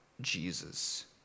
Jesus